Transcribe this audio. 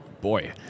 boy